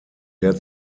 der